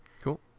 Cool